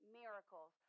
miracles